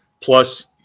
plus